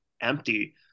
empty